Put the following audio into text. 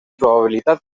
probabilitat